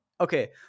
okay